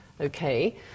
Okay